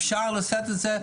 אפשר לעשות את זה.